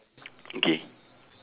okay